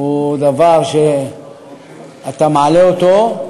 שהוא דבר שאתה מעלה אותו,